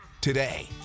today